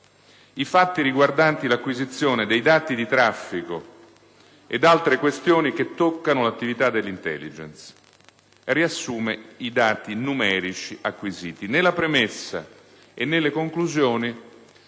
i fatti riguardanti l'acquisizione dei dati di traffico ed altre questioni che toccano l'attività dell'*intelligence*; riassume i dati numerici acquisiti. Nella premessa e nelle conclusioni,